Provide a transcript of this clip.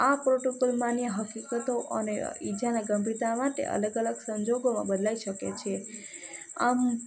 આ પ્રોટોકોલ માન્ય હકીકતો અને ઇજાને ગંભીરતા માટે અલગ અલગ સંજોગોમાં બદલાઈ શકે છે આમ